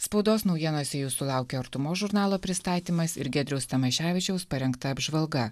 spaudos naujienose jūsų laukia artumos žurnalo pristatymas ir giedriaus tamaševičiaus parengta apžvalga